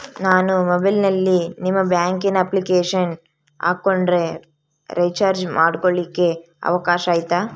ನಾನು ಮೊಬೈಲಿನಲ್ಲಿ ನಿಮ್ಮ ಬ್ಯಾಂಕಿನ ಅಪ್ಲಿಕೇಶನ್ ಹಾಕೊಂಡ್ರೆ ರೇಚಾರ್ಜ್ ಮಾಡ್ಕೊಳಿಕ್ಕೇ ಅವಕಾಶ ಐತಾ?